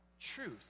Truth